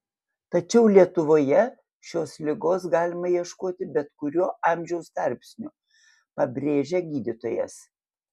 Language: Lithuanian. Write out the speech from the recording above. tačiau lietuvoje šios ligos galima ieškoti bet kuriuo amžiaus tarpsniu pabrėžia gydytojas